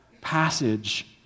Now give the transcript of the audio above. passage